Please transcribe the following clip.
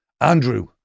Andrew